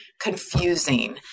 confusing